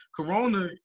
Corona